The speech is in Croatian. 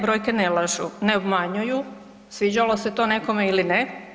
Brojke ne lažu, ne obmanjuju sviđalo se to nekome ili ne.